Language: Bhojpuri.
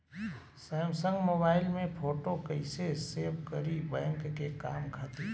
सैमसंग मोबाइल में फोटो कैसे सेभ करीं बैंक के काम खातिर?